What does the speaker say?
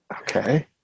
Okay